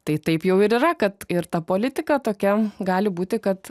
tai taip jau ir yra kad ir ta politika tokia gali būti kad